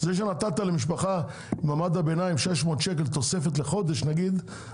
זה שנתת למשפחה במעמד הביניים 600 שקלים תוספת לחודש נגיד,